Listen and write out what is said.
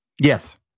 Yes